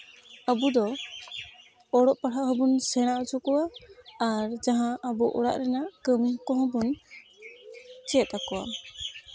ᱟᱵᱚᱫᱚ ᱚᱞᱚᱜ ᱯᱟᱲᱦᱟᱣ ᱦᱚᱸᱵᱚᱱ ᱥᱮᱲᱟ ᱦᱚᱪᱚ ᱠᱚᱣᱟ ᱟᱨ ᱡᱟᱦᱟᱸ ᱟᱵᱚ ᱚᱲᱟᱜ ᱨᱮᱱᱟᱜ ᱠᱟᱹᱢᱤ ᱠᱚᱦᱚᱸ ᱵᱚᱱ ᱪᱮᱫ ᱟᱠᱚᱣᱟ